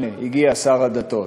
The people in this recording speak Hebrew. הנה, הגיע שר הדתות.